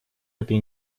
этой